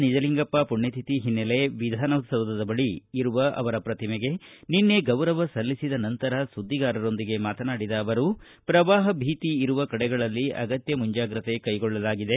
ನಿಜಲಿಂಗಪ್ಪ ಮಣ್ಯತಿಥಿ ಹಿನ್ನೆಲೆ ವಿಧಾನಸೌಧದ ಬಳಿ ಇರುವ ಅವರ ಪ್ರತಿಮೆಗೆ ನಿನ್ನೆ ಗೌರವ ಸಲ್ಲಿಸಿದ ನಂತರ ಸುಧ್ಲಿಗಾರರೊಂದಿಗೆ ಮಾತನಾಡಿದ ಅವರು ಪ್ರವಾಹ ಭೀತಿ ಇರುವ ಕಡೆಗಳಲ್ಲಿ ಅಗತ್ಯ ಮುಂಜಾಗ್ರತೆ ಕ್ಷೆಗೊಳ್ಳಲಾಗಿದೆ